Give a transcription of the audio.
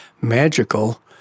magical